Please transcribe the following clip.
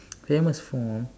famous for